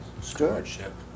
Stewardship